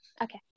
Okay